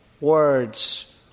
words